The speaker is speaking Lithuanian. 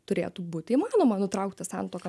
turėtų būti įmanoma nutraukti santuoką